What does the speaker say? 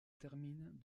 terminent